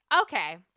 Okay